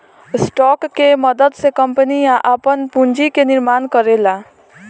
stock के मदद से कंपनियां आपन पूंजी के निर्माण करेला